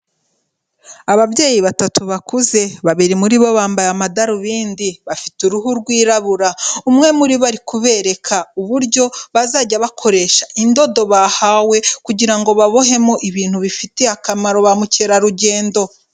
Ababyeyi batatu bakuze, babiri muri bo bambaye amadarubindi, bafite uruhu rwirabura, umwe muri bo ari kubereka uburyo bazajya bakoresha indodo bahawe kugira ngo babohemo ibintu bifitiye akamaro ba mukerarugendo.